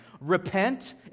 Repent